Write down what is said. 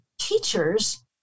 teachers